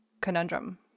conundrum